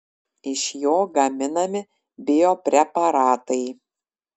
iš jo gaminami biopreparatai